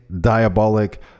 diabolic